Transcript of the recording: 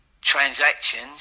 transactions